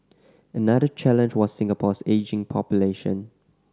another challenge was Singapore's ageing population